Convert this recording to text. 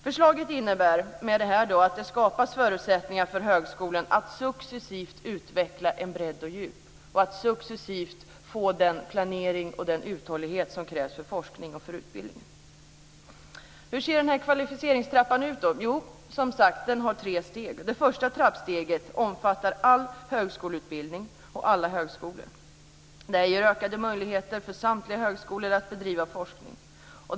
Förslaget innebär därmed att förutsättningar skapas för högskolan att successivt utveckla en bredd och ett djup, och att högskolan successivt får den planering och den uthållighet som krävs för forskning och utbildning. Hur ser då kvalificeringstrappan ut? Den har som sagt tre steg. Det första trappsteget omfattar all högskoleutbildning och alla högskolor. Det ger ökade möjligheter för samtliga högskolor att bedriva forskning.